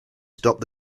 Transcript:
stopped